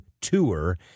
tour